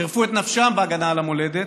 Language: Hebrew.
חירפו את נפשם בהגנה על המולדת,